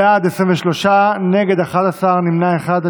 בעד, 23, נגד, 11, נמנע אחד.